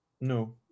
No